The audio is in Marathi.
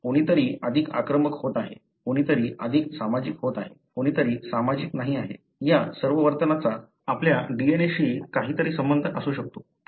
आता कोणीतरी अधिक आक्रमक होत आहे कोणीतरी अधिक सामाजिक आहे कोणीतरी सामाजिक नाही आहे या सर्व वर्तनाचा आपल्या DNA शी काहीतरी संबंध असू शकतो